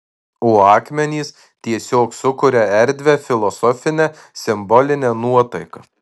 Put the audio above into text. o akmenys tiesiog sukuria erdvią filosofinę simbolinę nuotaiką